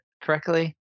correctly